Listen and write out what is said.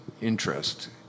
interest